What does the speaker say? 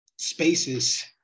spaces